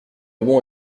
bon